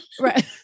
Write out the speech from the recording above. Right